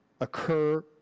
occur